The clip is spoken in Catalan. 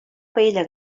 paella